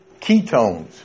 ketones